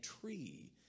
tree